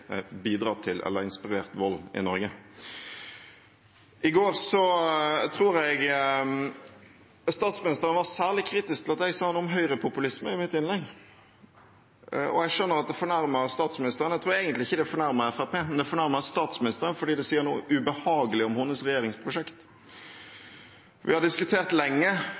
bidratt til eller inspirert til vold i Norge. I går tror jeg statsministeren var særlig kritisk til at jeg sa noe om høyrepopulisme i mitt innlegg, og jeg skjønner at det fornærmer statsministeren. Jeg tror egentlig ikke det fornærmer Fremskrittspartiet, men det fornærmer statsministeren, fordi det sier noe ubehagelig om hennes regjeringsprosjekt. Vi har lenge diskutert